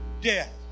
death